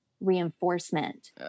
reinforcement